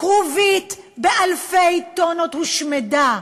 כרובית באלפי טונות הושמדה.